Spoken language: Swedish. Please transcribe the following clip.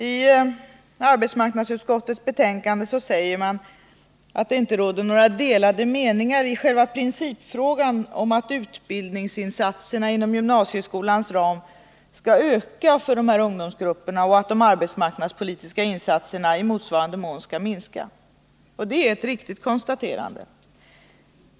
I arbetsmarknadsutskottets betänkande säger man att det inte råder några delade meningar i själva principfrågan, att utbildningsinsatserna inom gymnasieskolans ram skall öka för dessa ungdomsgrupper och att de arbetsmarknadspolitiska insatserna i motsvarande mån skall minska. Det är ett riktigt konstaterande.